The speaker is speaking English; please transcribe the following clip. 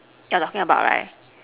you are talking about right